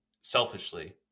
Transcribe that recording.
selfishly